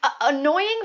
annoying